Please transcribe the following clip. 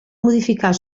modificar